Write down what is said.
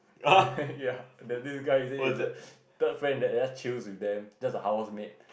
ya the new guy he says he just third friend that just chill with them just a housemate